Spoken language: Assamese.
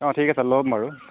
অঁ ঠিক আছে ল'ম বাৰু